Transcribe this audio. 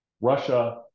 Russia